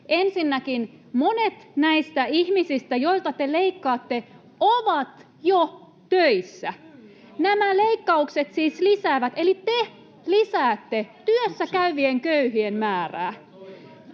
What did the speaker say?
Ensinnäkin monet näistä ihmisistä, joilta te leikkaatte, ovat jo töissä. Nämä leikkaukset siis lisäävät eli te lisäätte työssäkäyvien köyhien määrää.